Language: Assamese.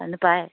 পানী পায়